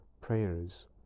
prayers